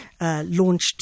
launched